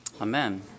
Amen